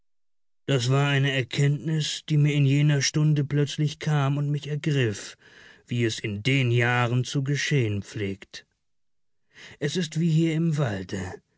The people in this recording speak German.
das war eine erkenntnis die mir in jener stunde plötzlich kam und mich ergriff wie es in den jahren zu geschehen pflegt es ist wie hier im walde